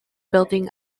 building